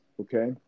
okay